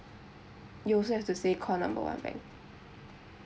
you also have to say call number one bank